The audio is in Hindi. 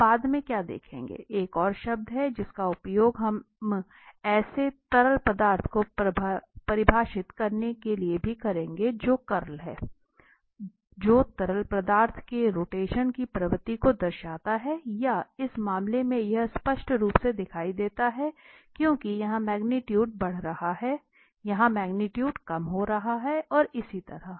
हम बाद में क्या देखेंगे एक और शब्द है जिसका उपयोग हम ऐसे तरल पदार्थ को परिभाषित करने के लिए भी करेंगे जो कर्ल है जो तरल पदार्थ के रोटेशन की प्रवृत्ति को दर्शाता है या इस मामले में यह स्पष्ट रूप से दिखाई देता है कि क्योंकि यहां मैग्नीट्यूट बढ़ रहा है यहां मैग्नीट्यूट कम हो रहा है और इसी तरह